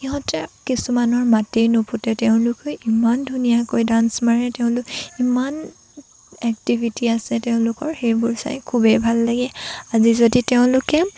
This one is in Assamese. সিহঁতৰ কিছুমানৰ মাতেই নুফুটে তেওঁলোকে ইমান ধুনীয়াকৈ ডান্স মাৰে তেওঁলোক ইমান এক্টিভিটি আছে তেওঁলোকৰ সেইবোৰ চাই খুবেই ভাল লাগে আজি যদি তেওঁলোকে